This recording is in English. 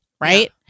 right